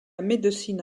médecine